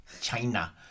China